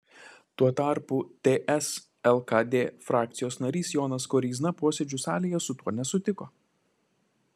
tuo tarpu ts lkd frakcijos narys jonas koryzna posėdžių salėje su tuo nesutiko